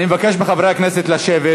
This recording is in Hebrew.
אני מבקש מחברי הכנסת לשבת.